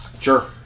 sure